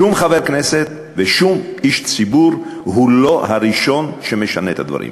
שום חבר כנסת ושום איש ציבור הוא לא הראשון שמשנה את הדברים.